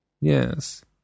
Yes